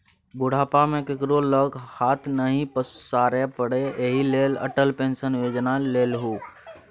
बुढ़ापा मे केकरो लग हाथ नहि पसारै पड़य एहि लेल अटल पेंशन योजना लेलहु